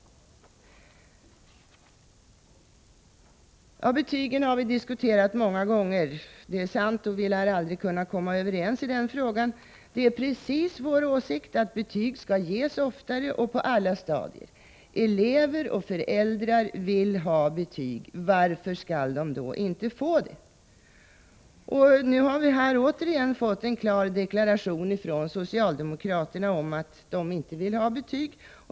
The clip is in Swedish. Betygen har vi diskuterat många gånger, det är sant, och vi lär aldrig kunna komma överens i den frågan. Det är precis vår åsikt att betyg skall ges oftare och på alla stadier. Elever och föräldrar vill ha betyg. Varför skall de då inte få det? Nu har vi återigen fått en klar deklaration från socialdemokraterna om att de inte vill ha betyg.